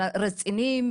רציניים,